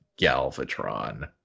Galvatron